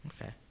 Okay